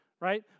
right